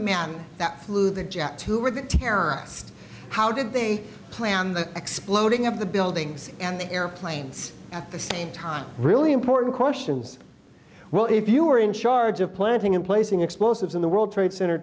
man that flew the jet to where the terror asked how did they plan the exploding of the buildings and the airplanes at the same time really important questions well if you were in charge of planting and placing explosives in the world trade center